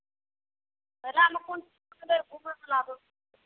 मेलामे कोन छै